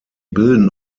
bilden